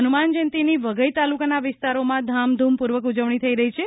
હનુમાન જયંતિની વધઈ તાલુકાના વિસ્તારોમાં ધામધૂમ પૂર્વક ઉજવણી થઈ રહી છે